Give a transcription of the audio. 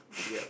yup